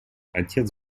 отец